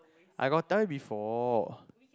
I got tell you before